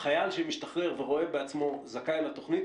חייל שמשתחרר ורואה בעצמו זכאי לתוכנית